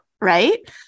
right